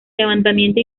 levantamiento